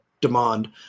demand